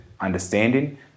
understanding